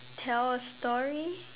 tell a story